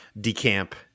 decamp